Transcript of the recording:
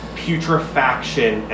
putrefaction